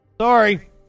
Sorry